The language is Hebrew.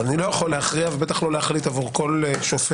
אבל אני לא יכול להכריע ובטח לא להחליט עבור כל שופט,